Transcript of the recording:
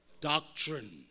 doctrine